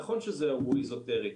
נכון שזה אירוע איזוטרי,